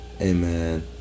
Amen